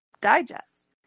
digest